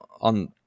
on